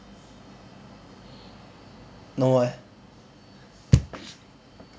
no eh